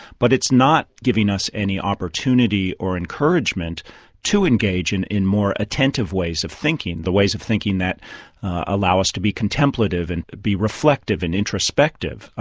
but it's not giving us any opportunity or encouragement to engage in in more attentive ways of thinking, the ways of thinking that allow us to be contemplative and be reflective and introspective.